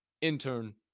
intern